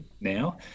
now